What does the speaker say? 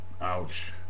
Ouch